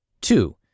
Two